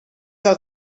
del